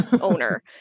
owner